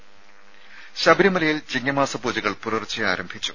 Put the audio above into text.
രുമ ശബരിമലയിൽ ചിങ്ങമാസ പൂജകൾ പുലർച്ചെ ആരംഭിച്ചു